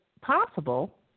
possible